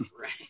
right